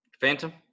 Phantom